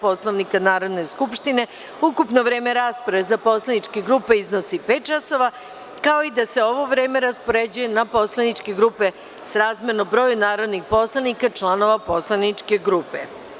Poslovnika Narodne skupštine, ukupno vreme rasprave za poslaničke grupe iznosi pet časova, kao i da se ovo vreme raspoređuje na poslaničke grupe srazmerno broju narodnih poslanika članova poslaničke grupe.